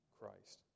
Christ